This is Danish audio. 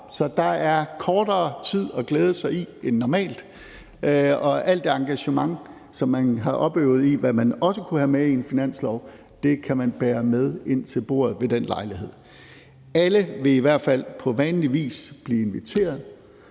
Så der er kortere tid at glæde sig i end normalt, og alt det engagement, som man havde opøvet, i forhold til hvad man også kunne have med i en finanslov, kan man bære med sig ind til bordet ved den lejlighed. Kl. 14:12 Alle vil i hvert fald på vanlig vis blive inviteret,